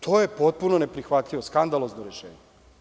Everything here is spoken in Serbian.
To je potpuno neprihvatljivo, skandalozno rešenje.